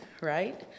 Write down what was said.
right